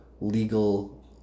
legal